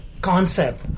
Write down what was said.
concept